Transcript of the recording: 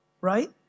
right